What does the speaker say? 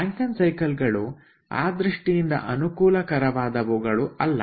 Rankine cycle ಗಳು ಆ ದೃಷ್ಟಿಯಿಂದ ಅನುಕೂಲಕರವಾದವು ಅಲ್ಲ